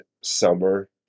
summer